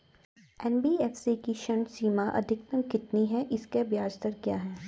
NBFC की ऋण सीमा अधिकतम कितनी है इसकी ब्याज दर क्या है?